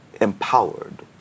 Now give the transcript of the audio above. empowered